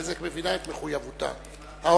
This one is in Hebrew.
"בזק" מבינה את מחויבותה האוניברסלית,